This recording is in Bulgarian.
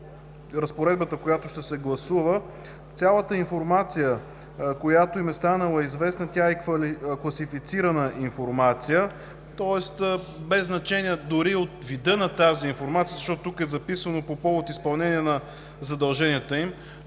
разпоредбата, която ще се гласува цялата информация, която им е станала известна, тя е и класифицирана информация, тоест без значение дори и от вида на тази информация, защото тук е записано: „по повод изпълнение на задълженията им“.